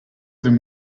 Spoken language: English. them